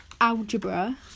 algebra